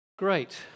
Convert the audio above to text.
Great